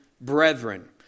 brethren